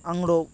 ᱟᱝᱨᱚᱵᱽ